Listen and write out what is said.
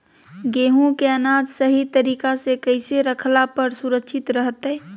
गेहूं के अनाज सही तरीका से कैसे रखला पर सुरक्षित रहतय?